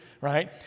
Right